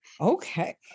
Okay